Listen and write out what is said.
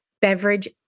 beverage